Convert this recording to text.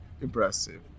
impressive